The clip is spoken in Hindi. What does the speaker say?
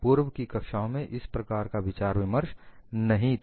पूर्व की कक्षाओं में इस प्रकार का विचार विमर्श नहीं था